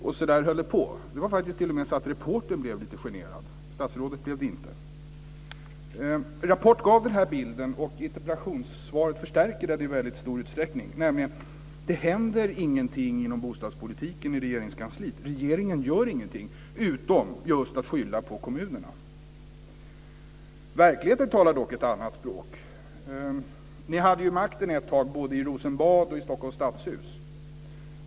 Och så där höll det på. Det var faktiskt t.o.m. så att reportern blev lite generad. Statsrådet blev det inte. Rapport gav den här bilden, och interpellationssvaret förstärker den i väldigt stor utsträckning. Det händer ingenting inom bostadspolitiken i Regeringskansliet. Regeringen gör ingenting utom just att skylla på kommunerna. Verkligheten talar dock ett annat språk. Ni hade ju makten ett tag både i Rosenbad och i Stockholms stadshus.